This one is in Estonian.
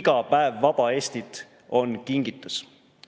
Iga päev vaba Eestit on kingitus.